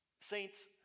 Saints